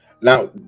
now